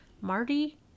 Marty